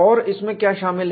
और इसमें क्या शामिल है